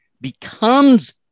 becomes